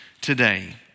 today